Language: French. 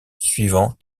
suivant